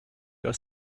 your